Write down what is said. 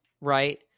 right